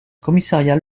commissariat